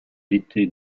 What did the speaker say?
d’été